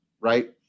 right